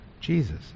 Jesus